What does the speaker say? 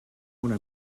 una